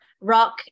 rock